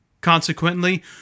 Consequently